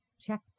Check